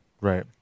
Right